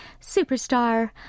Superstar